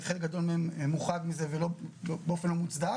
חלק גדול מהם מוחרג מזה ולא באופן מוצדק,